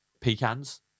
pecans